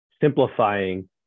simplifying